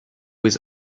with